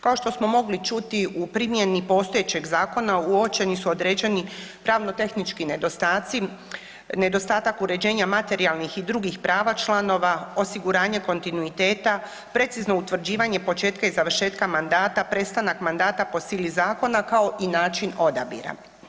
Kao što smo mogli čuti u primjeni postojećeg zakona uočeni su određeni pravno tehnički nedostaci, nedostatak uređenja materijalnih i drugih prava članova osiguranja kontinuiteta, precizno utvrđivanje početka i završetka mandata, prestanak mandata po sili zakona kao i način odabira.